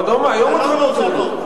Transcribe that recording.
הקרנות יורדות,